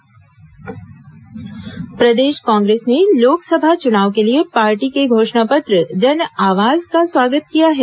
घोषणा पत्र कांग्रेस भाजपा प्रदेश कांग्रेस ने लोकसभा चुनाव के लिए पार्टी के घोषणा पत्र जन आवाज का स्वागत किया है